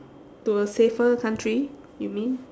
to a safer country you mean